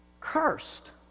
cursed